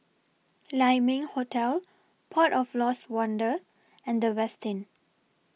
Lai Ming Hotel Port of Lost Wonder and The Westin